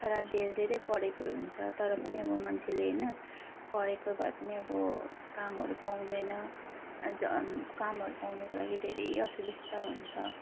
र धेरै धेरै पढेको हुन्छ तर पनि अब मान्छेले होइन पढेको भए पनि अब कामहरू पाउँदैन अझ कामहरू पाउनुको लागि धेरै असुविस्ता हुन्छ